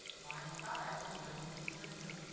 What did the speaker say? line five is where he'll be signing them,